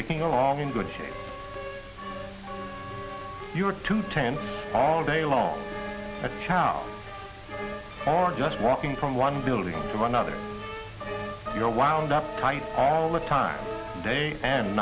taking along in good shape your to ten all day long a chance or just being from one building to another you're wound up tight all the time day and